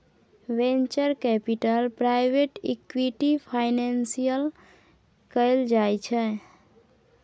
venture capital private equity financing कएल जाइ छै